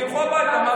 מה הבעיה?